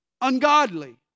ungodly